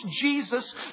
Jesus